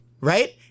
right